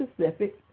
specific